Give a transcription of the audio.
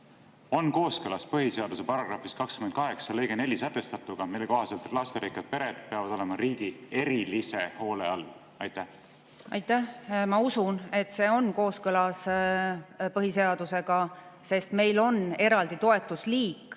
on kooskõlas põhiseaduse § 28 lõikes 4 sätestatuga, mille kohaselt lasterikkad pered peavad olema riigi erilise hoole all? Aitäh! Ma usun, et see on kooskõlas põhiseadusega, sest meil on eraldi toetusliik